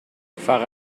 fahre